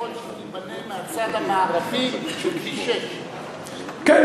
שייבנה מהצד המערבי של כביש 6. כן.